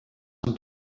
amb